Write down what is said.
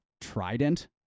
trident